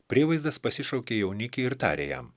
prievaizdas pasišaukė jaunikį ir tarė jam